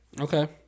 Okay